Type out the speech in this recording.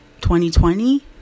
2020